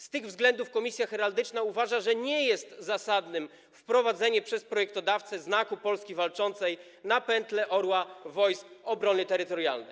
Z tych względów Komisja Heraldyczna uważa, że nie jest zasadne wprowadzenie przez projektodawcę Znaku Polski Walczącej na peltę orła Wojsk Obrony Terytorialnej.